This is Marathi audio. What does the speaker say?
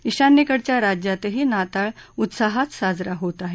ईशान्येकडच्या राज्यातही नाताळ उत्साहात साजरा होत आहे